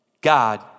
God